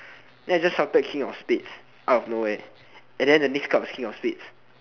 then I just shouted kng of spades out of nowhere and then the next card was king of spades